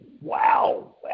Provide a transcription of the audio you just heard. wow